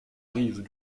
rive